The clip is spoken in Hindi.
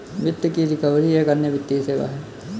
वित्त की रिकवरी एक अन्य वित्तीय सेवा है